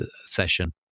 session